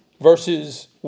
versus